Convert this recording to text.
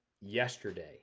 yesterday